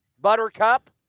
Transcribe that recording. Buttercup